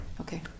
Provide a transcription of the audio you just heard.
Okay